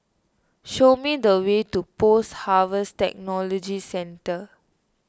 show me the way to Post Harvest Technology Centre